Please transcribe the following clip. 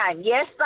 Yes